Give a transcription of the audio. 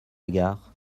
gare